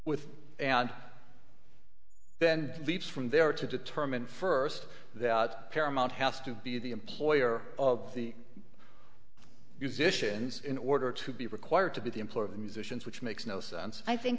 with and then leaves from there to determine first that paramount has to be the employer of the musicians in order to be required to be the employer of musicians which makes no sense i think